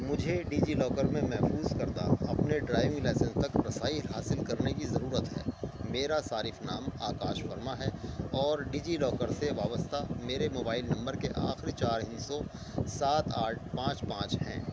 مجھے DigiLocker میں محفوظ کردہ اپنے ڈرائیونگ لائسنس تک رسائی حاصل کرنے کی ضرورت ہے میرا صارف نام آکاش ورما ہے اور ڈیجی لاکر سے وابستہ میرے موبائل نمبر کے آخری چار ہندسوں سات آٹھ پانچ پانچ ہیں